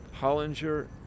Hollinger